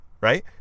right